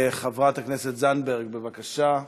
חברת הכנסת זנדברג, בבקשה.